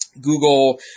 Google